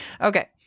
Okay